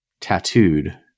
tattooed